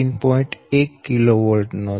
8 kV છે